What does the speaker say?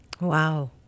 Wow